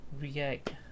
react